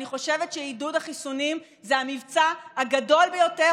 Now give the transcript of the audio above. אני חושבת שעידוד החיסונים זה המבצע הגדול ביותר